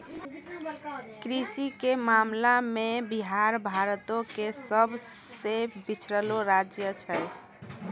कृषि के मामला मे बिहार भारतो के सभ से पिछड़लो राज्य छै